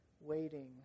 waiting